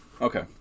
Okay